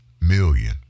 million